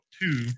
two